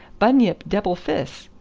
bunyip debble fis!